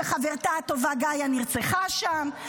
שחברתה הטובה גאיה נרצחה שם?